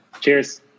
Cheers